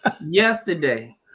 yesterday